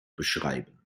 beschreiben